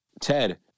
Ted